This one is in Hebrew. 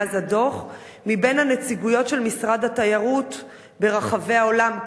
מבין הנציגויות של משרד התיירות ברחבי העולם,